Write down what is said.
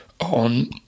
on